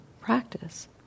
practice